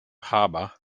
harbour